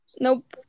nope